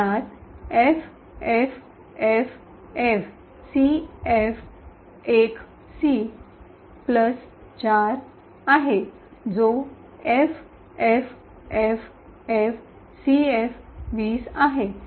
यात एफएफएफएफसीएफ१सी प्लस ४ आहे जो एफएफएफएफसीएफ२० आहे